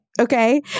Okay